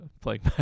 playing